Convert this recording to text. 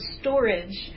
storage